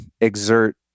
exert